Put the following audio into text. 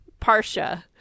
Parsha